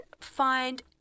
find